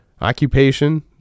occupation